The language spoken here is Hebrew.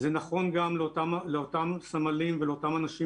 זה נכון גם לאותם סמלים ולאותם אנשים